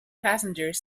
passengers